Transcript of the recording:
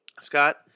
Scott